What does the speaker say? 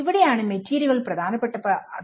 ഇവിടെയാണ് മെറ്റീരിയലും പ്രധാനപ്പെട്ടതാവുന്നത്